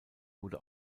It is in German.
wurde